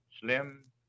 Slim